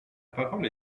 parole